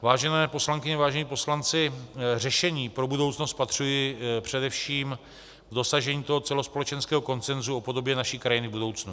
Vážené poslankyně, vážení poslanci, řešení pro budoucnost spatřuji především v dosažení celospolečenského konsenzu o podobě naší krajiny v budoucnu.